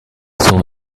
soul